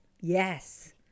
Yes